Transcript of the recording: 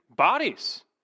bodies